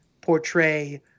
portray